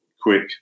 quick